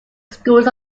schools